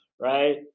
right